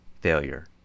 failure